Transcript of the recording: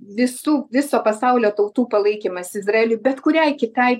visų viso pasaulio tautų palaikymas izraeliui bet kuriai kitai